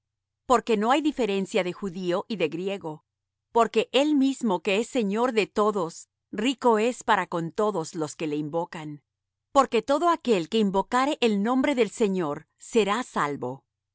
porque no hay diferencia de judío y de griego porque el mismo que es señor de todos rico es para con todos los que le invocan porque todo aquel que invocare el nombre del señor será salvo